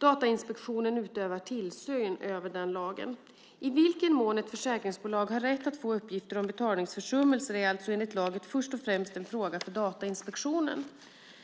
Datainspektionen utövar tillsyn över lagen. I vilken mån ett försäkringsbolag har rätt att få uppgifter om betalningsförsummelser är enligt lagen alltså först och främst en fråga för Datainspektionen.